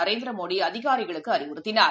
நரேந்திரமோடிஅதிகாரிகளுக்குஅறிவுறுத்தினார்